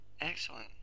Excellent